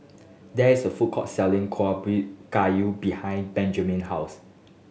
there is a food court selling Kueh Ubi Kayu behind Benjamine house